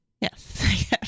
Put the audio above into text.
Yes